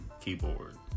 keyboard